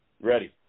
Ready